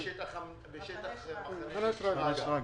מחנה שרגא.